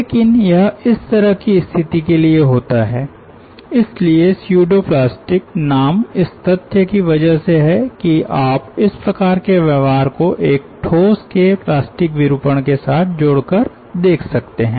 लेकिन यह इस तरह की स्थिति के लिए होता है इसलिए स्यूडो प्लास्टिक नाम इस तथ्य की वजह से है कि आप इस प्रकार के व्यवहार को एक ठोस के प्लास्टिक विरूपण के साथ जोड़कर देख सकते हैं